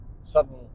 sudden